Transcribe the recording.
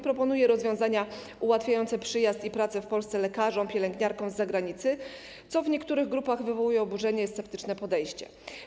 Proponuje rozwiązania ułatwiające przyjazd do Polski i pracę w Polsce lekarzom, pielęgniarkom z zagranicy, co w niektórych grupach wywołuje oburzenie i sceptyczne podejście.